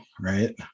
right